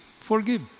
forgive